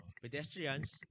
Pedestrians